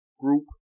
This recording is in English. group